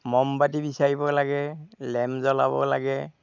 মমবাতি বিচাৰিব লাগে লেম জ্বলাব লাগে